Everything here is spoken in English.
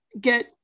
get